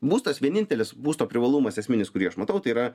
būstas vienintelis būsto privalumas esminis kurį aš matau tai yra